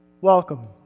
Welcome